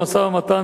במשא-ומתן,